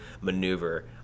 maneuver